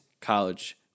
college